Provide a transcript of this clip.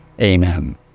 amen